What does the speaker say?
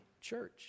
church